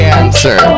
answer